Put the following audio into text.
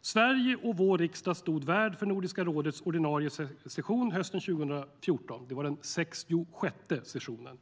Sverige och vår riksdag stod värd för Nordiska rådets ordinarie session hösten 2014 - det var den 66:e sessionen.